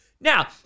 Now